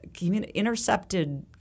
intercepted